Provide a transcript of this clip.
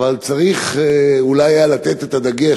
אולי צריך היה לתת את הדגש,